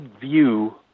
view